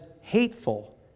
hateful